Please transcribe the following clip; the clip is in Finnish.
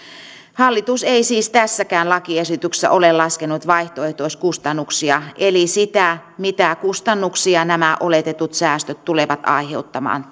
hallitus ei siis tässäkään lakiesityksessä ole laskenut vaihtoehtoiskustannuksia eli sitä mitä kustannuksia nämä oletetut säästöt tulevat aiheuttamaan